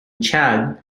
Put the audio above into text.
chad